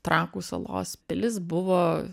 trakų salos pilis buvo